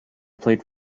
played